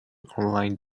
online